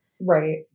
Right